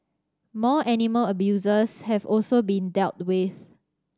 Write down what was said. more animal abusers have also been dealt with